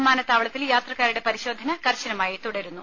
വിമാനത്താവളത്തിൽ യാത്രക്കാരുടെ പരിശോധന കർശനമായി തുടരുന്നു